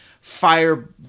fire